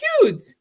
cute